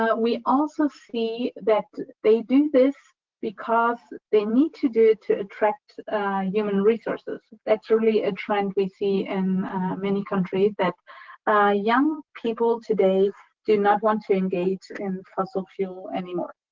ah we also see that they do this because they need to do it to attract human resources. that's really a trend we see in many countries that young people, today, do not want to engage in fossil fuel anymore,